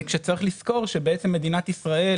כשצריך לזכור שמדינת ישראל